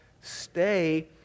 stay